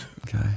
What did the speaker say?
Okay